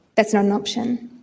that's not an option.